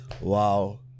Wow